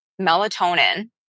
melatonin